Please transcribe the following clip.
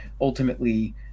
ultimately